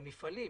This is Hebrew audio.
למפעלים,